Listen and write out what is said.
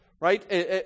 right